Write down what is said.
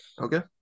Okay